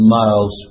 miles